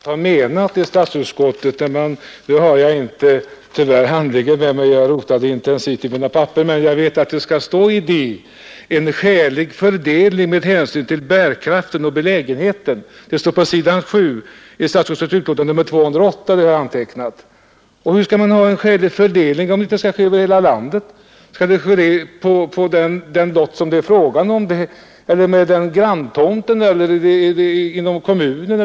Herr talman! När det gäller vad statsutskottet kan ha menat så har jag tyvärr inte utlåtandet till hands, men jag har en notering om att det står att det skall vara en ”skälig fördelning med hänsyn till bärkraft och belägenhet”, det står annars att läsa på s. 7 i statsutskottets utlåtande nr 208 för år 1970. Hur skall det kunna bli en skälig fördelning om den inte skall ske över hela landet? Skall den ske med granntomten eller inom kommunen?